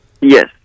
Yes